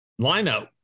lineup